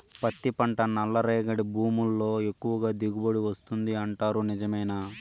పత్తి పంట నల్లరేగడి భూముల్లో ఎక్కువగా దిగుబడి వస్తుంది అంటారు నిజమేనా